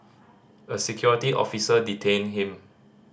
a security officer detained him